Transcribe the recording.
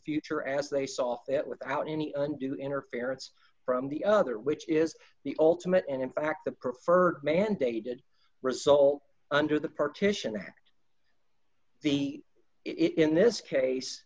future as they saw fit without any undue interference from the other which is the ultimate and in fact the preferred mandated result under the partition act be it in this case